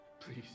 Please